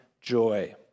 joy